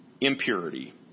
Impurity